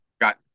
got